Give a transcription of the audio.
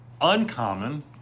Uncommon